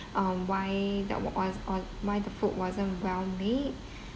um why that were was were why the food wasn't well made